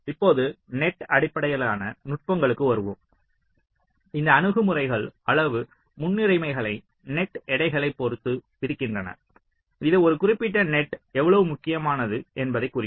இப்போது நெட் அடிப்படையிலான நுட்பங்களுக்கு வருவோம் இந்த அணுகுமுறைகள் அளவு முன்னுரிமைகளை நெட் எடைகளைப் பொறுத்து விதிக்கின்றன இது ஒரு குறிப்பிட்ட நெட் எவ்வளவு முக்கியமானது என்பதைக் குறிக்கும்